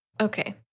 okay